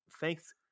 thanks